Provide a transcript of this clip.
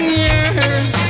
years